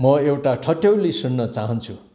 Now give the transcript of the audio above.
म एउटा ठट्यौली सुन्न चाहन्छु